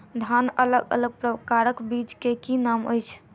धान अलग अलग प्रकारक बीज केँ की नाम अछि?